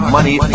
money